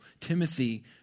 Timothy